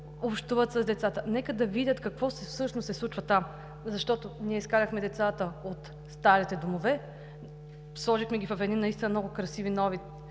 общуват с децата, нека да видят какво всъщност се случва там. Защото ние изкарахме децата от старите домове, сложихме ги в едни наистина много красиви нови